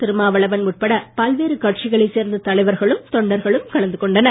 திருமாவளவன் உட்பட பல்வேறு கட்சிகளை சேர்ந்த தலைவர்களும் தொண்டர்களும் கலந்து கொண்டனர்